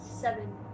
Seven